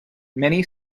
many